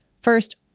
First